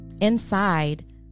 Inside